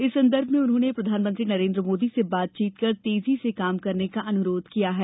इस संदर्भ में उन्होंने प्रधानमंत्री नरेंद्र मोदी से बातचीत कर तेजी से काम करने का अनुरोध किया है